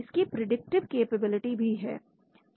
इसकी predictive capability भी है